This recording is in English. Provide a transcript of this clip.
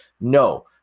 No